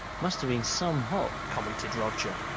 musta been some hop, commented roger.